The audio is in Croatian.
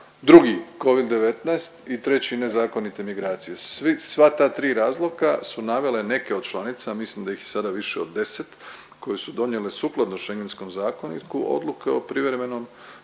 Drugi covid-19 i treći nezakonite migracije. Sva ta tri razloga su navele neke od članica, mislim da ih je sada više od 10 koje su donijele sukladno Schengenskom zakoniku odluke o privremenim